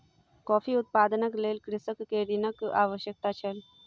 coffee उत्पादनक लेल कृषक के ऋणक आवश्यकता छल